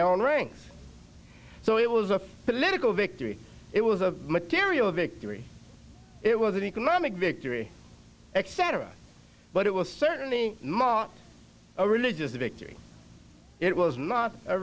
their own rings so it was a political victory it was a material victory it was an economic victory etc but it was certainly more a religious victory it was not a